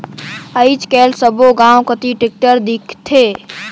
आएज काएल सब्बो गाँव कती टेक्टर दिखथे